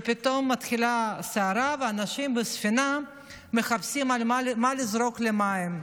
ופתאום מתחילה סערה והאנשים בספינה מחפשים מה לזרוק למים,